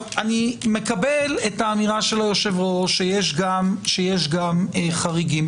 אני מקבל את אמירת היושב-ראש שיש גם חריגים.